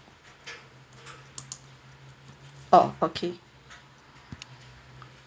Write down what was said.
oh okay